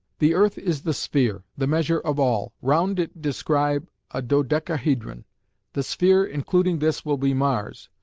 the earth is the sphere, the measure of all round it describe a dodecahedron the sphere including this will be mars.